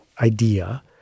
idea